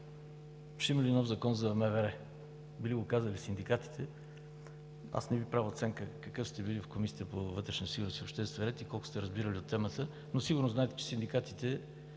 Ще има ли нов Закон за МВР – били го казали синдикатите. Аз не Ви правя оценка какъв сте бил в Комисията по вътрешна сигурност и обществен ред и колко сте разбирали от темата, но сигурно знаете, че синдикатите